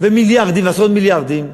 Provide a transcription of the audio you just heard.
ומיליארדים ועשרות מיליארדים,